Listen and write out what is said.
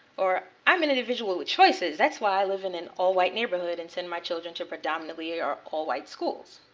or i'm an individual with choices, that's why i live in an all white neighborhood and send my children to predominantly or all white schools.